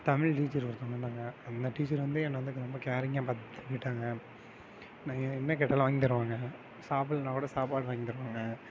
Tamil teacher ஒருத்தங்க இருந்தாங்க அந்த டீச்சர் வந்து என்னை வந்து ரொம்ப கேரிங்காக பார்த்துகிட்டாங்க நான் என்ன கேட்டாலும் வாங்கி தருவாங்க சாப்பிட்லேனா கூட சாப்பாடு வாங்கி தருவாங்க